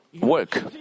work